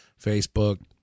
Facebook